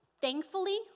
thankfully